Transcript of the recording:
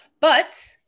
But-